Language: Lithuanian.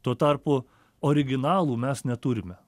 tuo tarpu originalų mes neturime